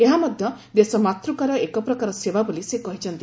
ଏହା ମଧ୍ୟ ଦେଶମାତୃକାର ଏକ ପ୍ରକାର ସେବା ବୋଲି ସେ କହିଚ୍ଛନ୍ତି